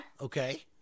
Okay